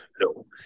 no